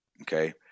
Okay